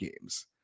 games